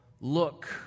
look